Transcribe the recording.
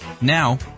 Now